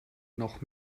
noch